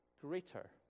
greater